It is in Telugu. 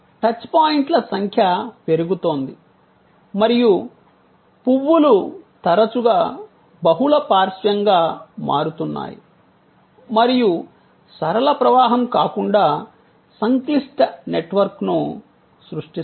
టచ్ పాయింట్ల సంఖ్య పెరుగుతోంది మరియు పువ్వులు తరచుగా బహుళ పార్శ్వంగా మారుతున్నాయి మరియు సరళ ప్రవాహం కాకుండా సంక్లిష్ట నెట్వర్క్ను సృష్టిస్తాయి